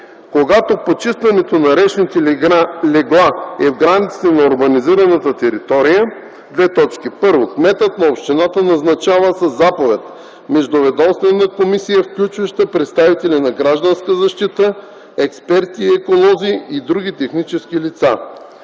Когато почистването на речните легла е в границите на урбанизирана територия: 1. кметът на общината назначава със заповед междуведомствена комисия, включваща представители на Гражданската защита, експерти-еколози и други технически лица;